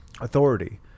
authority